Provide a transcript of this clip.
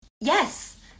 Yes